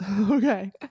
Okay